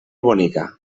bonica